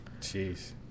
Jeez